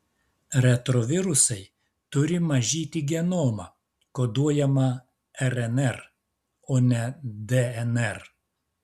retrovirusai turi mažyti genomą koduojamą rnr o ne dnr